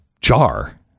jar